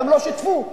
וגם לא שיתפו בדיונים.